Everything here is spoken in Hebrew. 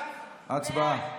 הצבעה.